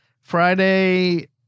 Friday